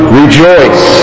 rejoice